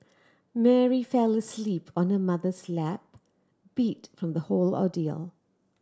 Mary fell asleep on her mother's lap beat from the whole ordeal